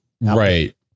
Right